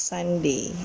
Sunday